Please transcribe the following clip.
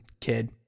kid